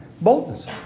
Boldness